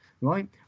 right